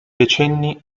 decenni